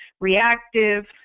reactive